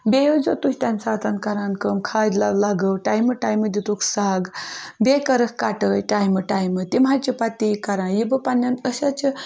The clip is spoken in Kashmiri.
بیٚیہِ ٲزیو تُہۍ تَمہِ ساتَن کَران کٲم کھادِ لو لَگٲو ٹایمہٕ ٹایمہٕ دِتُکھ سَگ بیٚیہِ کٔرٕکھ کَٹٲے ٹایمہٕ ٹایمہٕ تِم حظ چھِ پَتہٕ تی کَران یہِ بہٕ پَنٛنٮ۪ن أسۍ حظ چھِ